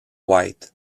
white